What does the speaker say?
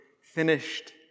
finished